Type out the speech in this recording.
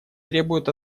требуют